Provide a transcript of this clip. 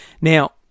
Now